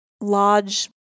lodge